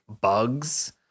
bugs